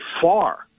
far